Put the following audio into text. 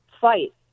fight